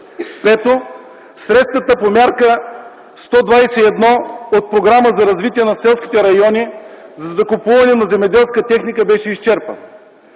Пето, средствата по Мярка 121 от Програма за развитие на селските райони за закупуване на земеделска техника бяха изчерпани.